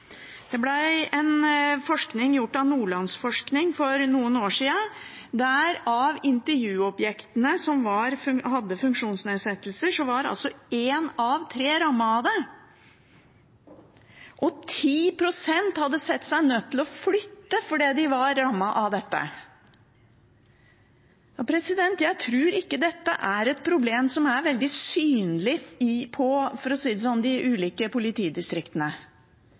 Forskning gjort av Nordlandsforskning for noen år siden viste at av de intervjuobjektene som hadde funksjonsnedsettelser, var én av tre rammet av hatkrim, og 10 pst. hadde sett seg nødt til å flytte fordi de var rammet av dette. Jeg tror ikke dette er et problem som, for å si det sånn, er veldig synlig i de ulike politidistriktene. Det er svært alvorlig at mennesker med funksjonsnedsettelser blir utsatt for dette. Det